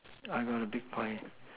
I got a big pie